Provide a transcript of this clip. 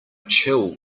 chill